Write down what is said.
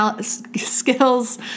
skills